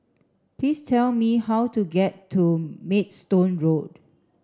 please tell me how to get to Maidstone Road